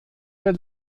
der